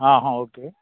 हां हां okay okay